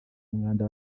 umwanda